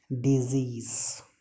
disease